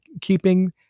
keeping